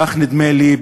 כך נדמה לי,